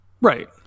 Right